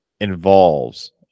involves